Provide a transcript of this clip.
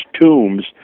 tombs